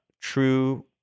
true